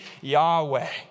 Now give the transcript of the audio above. Yahweh